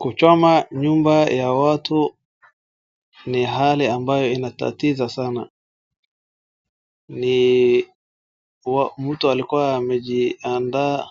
Kuchoma nyumba ya watu ni hali ambayo inatatiza sana. Ni wa-- mtu alikuwa amejiiandaa,